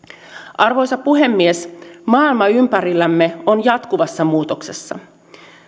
arvoisa puhemies maailma ympärillämme on jatkuvassa muutoksessa